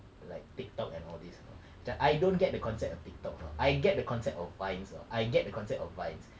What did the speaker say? like TikTok and all this you know like I don't get the concept of TikTok you know I get the concept of Vines you know I get the concept of Vines